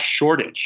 shortage